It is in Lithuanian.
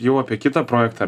jau apie kitą projektą